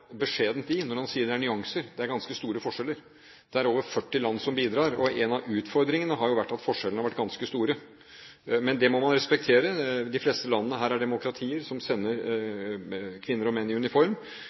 beskjedent i når han sier det er nyanser. Det er ganske store forskjeller. Det er over 40 land som bidrar, og en av utfordringene har vært at forskjellene har vært ganske store. Men det må man respektere. De fleste landene her er demokratier som sender